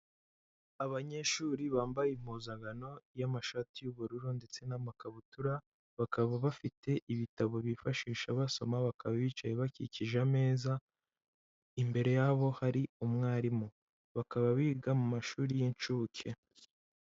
Abanyeshuri bambaye impuzankano y'amashati y'ubururu ndetse n'amakabutura bakaba bafite ibitabo bifashisha basoma bakaba bicaye bakikije ameza, imbere yabo hari umwarimu, bakaba biga mu mashuri y'inshuke.